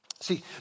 See